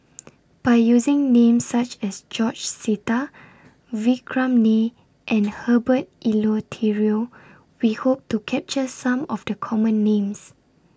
By using Names such as George Sita Vikram Nair and Herbert Eleuterio We Hope to capture Some of The Common Names